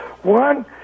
One